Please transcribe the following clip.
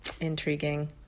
Intriguing